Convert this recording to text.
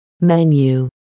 menu